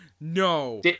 No